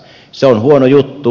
se on huono juttu